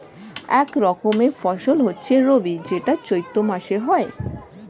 এক রকমের ফসল হচ্ছে রবি যেটা চৈত্র মাসে হয়